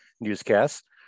newscasts